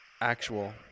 actual